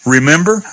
Remember